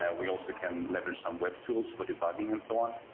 ah we also can leverage some web tools for debugging and so on.